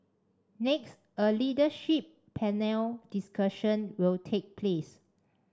next a leadership panel discussion will take place